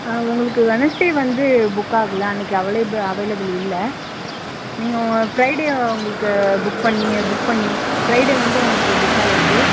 ஆ உங்களுக்கு வெனஸ்டே வந்து புக் ஆகலை அன்னைக்கு அவைலபுல் அவைலபிள் இல்லை நீங்கள் ஃப்ரைடே உங்களுக்கு புக் பண்ணி புக் பண்ணி ஃப்ரைடே வந்து உங்களுக்கு புக்காகியிருக்கு